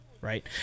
right